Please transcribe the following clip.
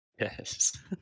Yes